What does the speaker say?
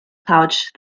pouch